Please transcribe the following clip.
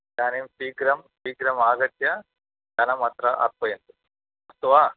इदानीं शीघ्रं शीघ्रम् आगत्य धनम् अत्र अर्पयतु अस्तु वा